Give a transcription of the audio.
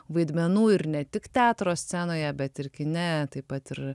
vaidmenų ir ne tik teatro scenoje bet ir kine taip pat ir